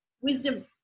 Wisdom